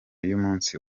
y’umunsi